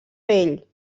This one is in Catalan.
vell